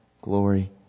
glory